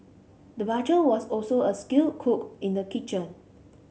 the butcher was also a skilled cook in the kitchen